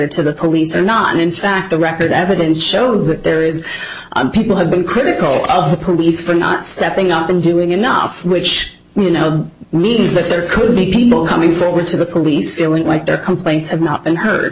d to the police or not in fact the record evidence shows that there is people have been critical of the police for not stepping up and doing enough which you know means that there could be more coming forward to the police feeling like their complaints have not been h